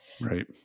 Right